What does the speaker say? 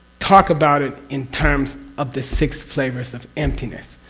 talk about it in terms of the six flavors of emptiness.